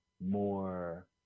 more